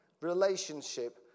relationship